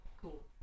cool